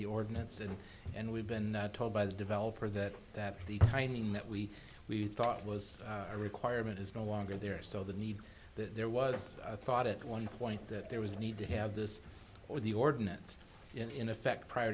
the ordinance and and we've been told by the developer that that the finding that we thought was a requirement is no longer there so the need that there was i thought it one point that there was a need to have this or the ordinance in effect prior